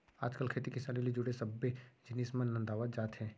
आज काल खेती किसानी ले जुड़े सब्बे जिनिस मन नंदावत जात हें